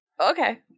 Okay